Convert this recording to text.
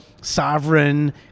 sovereign